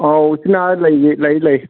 ꯑꯧ ꯎꯆꯤꯅꯥ ꯂꯩꯌꯦ ꯂꯩ ꯂꯩ